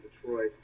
Detroit